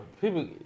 People